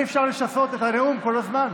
זה נקרא ביקורת.